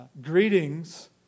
greetings